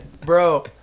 bro